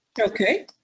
okay